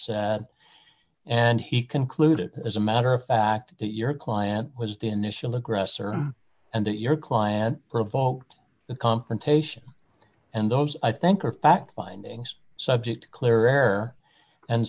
said and he concluded as a matter of fact that your client was the initial aggressor and that your client provoked the confrontation and those i think are fact finding subject clearer and